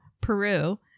Peru